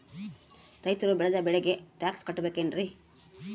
ರೈತರು ಬೆಳೆದ ಬೆಳೆಗೆ ಟ್ಯಾಕ್ಸ್ ಕಟ್ಟಬೇಕೆನ್ರಿ?